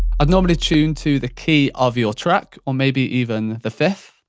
i'd normally tune to the key of your track or maybe even the fifth.